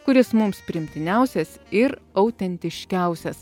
kuris mums priimtiniausias ir autentiškiausias